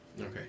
Okay